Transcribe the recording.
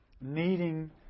needing